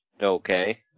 Okay